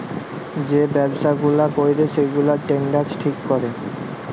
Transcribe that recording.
যে ব্যবসা গুলা ক্যরে সেগুলার স্ট্যান্ডার্ড ঠিক ক্যরে